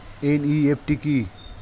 NEFT কি?